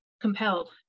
compelled